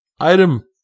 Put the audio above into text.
item